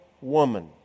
woman